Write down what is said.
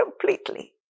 completely